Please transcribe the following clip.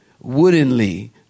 woodenly